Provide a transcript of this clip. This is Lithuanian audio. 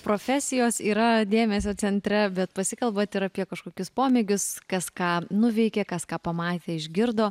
profesijos yra dėmesio centre bet pasikalbat ir apie kažkokius pomėgius kas ką nuveikė kas ką pamatė išgirdo